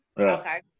Okay